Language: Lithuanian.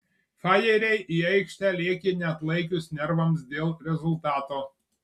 fajeriai į aikštę lėkė neatlaikius nervams dėl rezultato